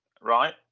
Right